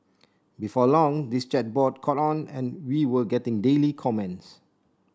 before long this chat board caught on and we were getting daily comments